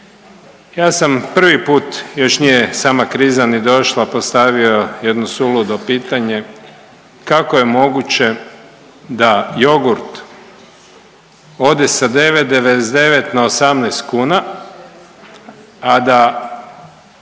Ja sam prvi put još nije sama kriza ni došla postavio jedno suludo pitanje, kako je moguće da jogurt od sa 9,99 na 18,00 kuna, a da